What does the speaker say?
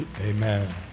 Amen